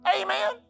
Amen